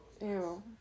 Ew